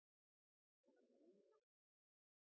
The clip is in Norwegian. då er